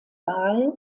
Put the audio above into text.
wahl